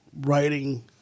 writing